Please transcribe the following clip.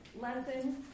lesson